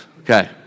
Okay